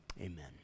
amen